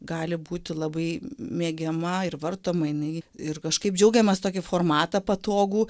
gali būti labai mėgiama ir vartoma jinai ir kažkaip džiaugiamės tokį formatą patogų